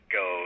go